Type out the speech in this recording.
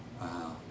Wow